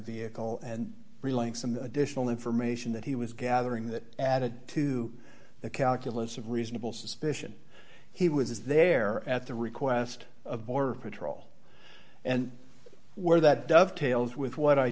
the ickle and relaying some additional information that he was gathering that added to the calculus of reasonable suspicion he was there at the request of border patrol and where that dovetails with what i